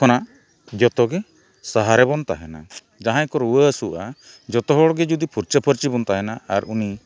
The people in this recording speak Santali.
ᱠᱷᱚᱱᱟᱜ ᱡᱚᱛᱚ ᱜᱮ ᱥᱟᱦᱟᱨᱮ ᱵᱚᱱ ᱛᱟᱦᱮᱱᱟ ᱡᱟᱦᱟᱸᱭ ᱠᱚ ᱨᱩᱣᱟᱹ ᱦᱟᱹᱥᱩᱜᱼᱟ ᱡᱚᱛᱚ ᱦᱚᱲᱜᱮ ᱡᱩᱫᱤ ᱯᱷᱟᱨᱪᱟᱼᱯᱷᱟᱹᱨᱪᱤ ᱵᱚᱱ ᱛᱟᱦᱮᱱᱟ ᱟᱨ ᱩᱱᱤ